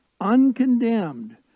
uncondemned